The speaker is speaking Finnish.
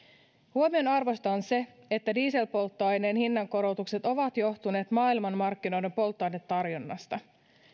huomionarvoista on se että dieselpolttoaineen hinnankorotukset ovat johtuneet maailmanmarkkinoiden polttoainetarjonnasta